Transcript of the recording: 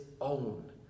own